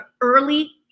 early